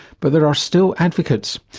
but there are still advocates.